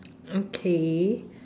okay